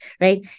right